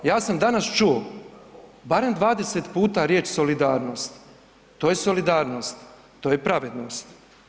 Ja sam danas čuo barem 20 puta riječ „solidarnost“, to je solidarnost, to je pravednost.